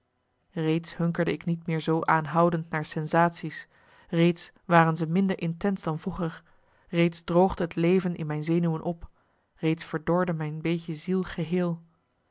reeds hunkerde ik niet meer zoo aanhoudend naar sensatie's reeds waren ze minder intens dan vroeger reeds droogde het leven in mijn zenuwen op reeds verdorde mijn beetje ziel geheel